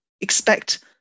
expect